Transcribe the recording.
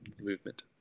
movement